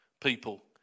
people